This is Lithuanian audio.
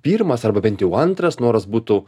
pirmas arba bent jau antras noras būtų